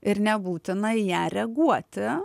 ir nebūtina į ją reaguoti